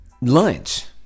Lunch